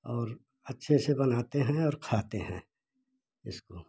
और अच्छे से बनाते हैं और खाते हैं इसको